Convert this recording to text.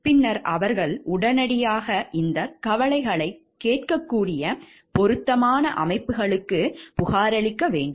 பின்னர் அவர்கள் உடனடியாக இந்த கவலைகளை கேட்கக்கூடிய பொருத்தமான அமைப்புகளுக்கு புகாரளிக்க வேண்டும்